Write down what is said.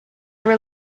were